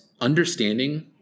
understanding